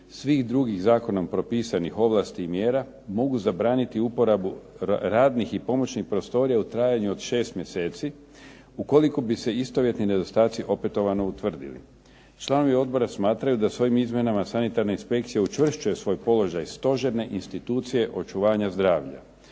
svih drugih zakonom propisanih ovlasti i mjera mogu zabraniti uporabu radnih i pomoćnih prostorija u trajanju od šest mjeseci ukoliko bi se istovjetni nedostaci opetovano utvrdili. Članovi odbora smatraju da sa ovim izmjenama sanitarna inspekcija učvršćuje svoj položaj stožerne institucije očuvanja zdravlja.